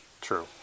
True